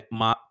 ma